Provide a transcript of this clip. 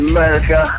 America